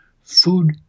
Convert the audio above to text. food